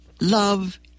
Love